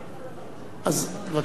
להצבעה.